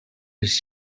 les